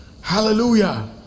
Hallelujah